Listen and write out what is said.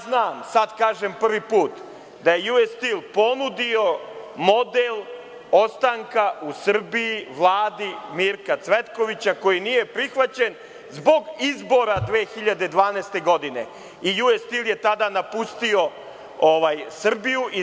Sada kažem prvi put, znam da je „US Stil“, ponudio model ostanka u Srbiji Vladi Mirka Cvetkovića, koji nije prihvaćen, zbog izbora 2012. godine, i „US Stil“je tada napustio Srbiju.